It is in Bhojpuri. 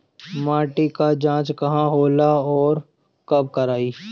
माटी क जांच कहाँ होला अउर कब कराई?